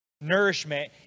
nourishment